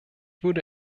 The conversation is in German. würde